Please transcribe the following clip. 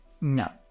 no